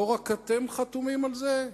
לא רק אתם חתומים על זה,